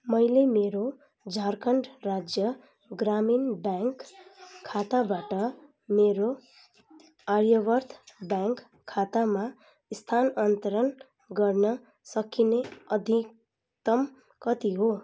मैले मेरो झारखण्ड राज्य ग्रामीण ब्याङ्क खाताबाट मेरो आर्यव्रत ब्याङ्क खातामा स्थानान्तरण गर्न सक्ने अधिकतम कति हो